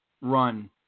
run